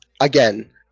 again